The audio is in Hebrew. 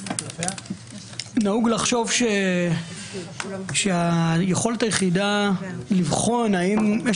נהוג לחשוב שהיכולת היחידה לבחון האם יש